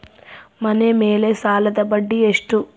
ಮನೆ ಮೇಲೆ ಸಾಲದ ಬಡ್ಡಿ ಎಷ್ಟು?